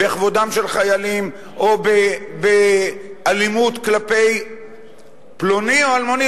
בכבודם של חיילים או באלימות כלפי פלוני או אלמוני,